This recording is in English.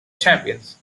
champions